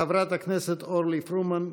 חברת הכנסת אורלי פרומן,